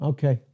Okay